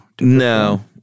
No